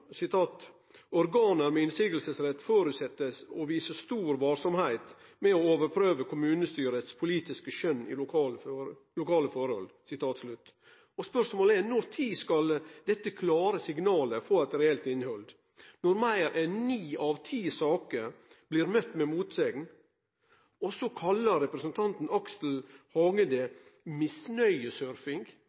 seier: «Organer med innsigelsesrett forutsettes å vise stor varsomhet med å overprøve kommunestyrets politiske skjønn i lokale forhold.» Spørsmålet er: Når skal dette klare signalet få eit reelt innhald, når meir enn ni av ti saker blir møtte med motsegn? Representanten Aksel Hagen kallar det misnøyesurfing. Jo, det er stor misnøye.